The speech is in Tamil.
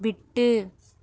விட்டு